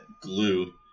glue